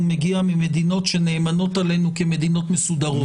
מגיע ממדינות שנאמנות עלינו כמדינות מסודרות.